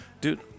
dude